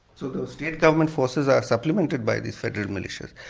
so the state government forces are supplemented by these federal militias.